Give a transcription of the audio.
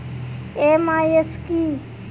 MIS কি?